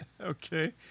Okay